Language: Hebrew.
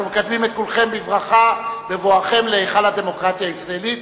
אנחנו מקדמים את כולכם בבואכם להיכל הדמוקרטיה הישראלית.